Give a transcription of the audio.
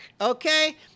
okay